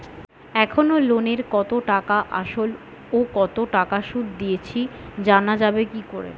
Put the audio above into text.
এখনো লোনের কত টাকা আসল ও কত টাকা সুদ দিয়েছি জানা যাবে কি?